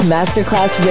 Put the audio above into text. Masterclass